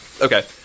Okay